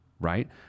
right